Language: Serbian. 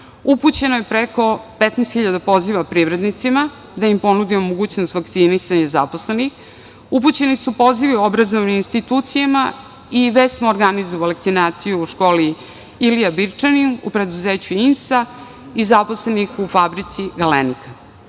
je preko 15.000 poziva privrednicima, da im ponudimo mogućnost vakcinisanja zaposlenih, upućeni su pozivi obrazovnim institucijama i već smo organizovali vakcinacije u školi „Ilija Birčanin“, u preduzeću INSA i zaposlenih u fabrici „Galenika“.U